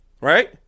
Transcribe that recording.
Right